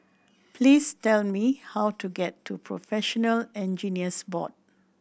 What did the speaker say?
please tell me how to get to Professional Engineers Board